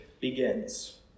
begins